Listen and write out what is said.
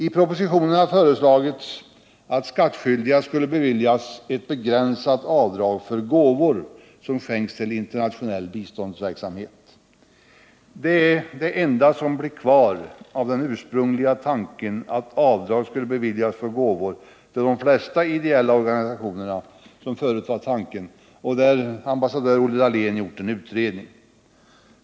I propositionen har föreslagits att skattskyldiga skulle beviljas ett begränsat avdrag för gåvor som skänkts till internationell biståndsverksamhet. Det är det enda som blev kvar av den ursprungliga tanken att avdrag skulle beviljas för gåvor till de flesta ideella organisationer, om vilken fråga ambassadör Olle Dahlén gjort en utredning.